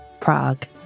Prague